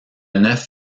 neuf